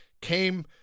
came